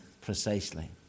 precisely